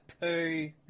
poo